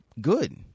good